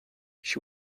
she